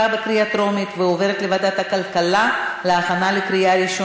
לוועדת הכלכלה נתקבלה.